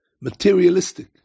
materialistic